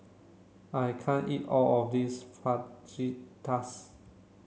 I can't eat all of this Fajitas